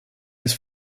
his